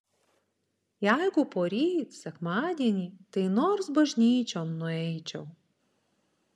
jeigu poryt sekmadienį tai nors bažnyčion nueičiau